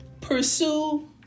pursue